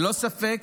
ללא ספק,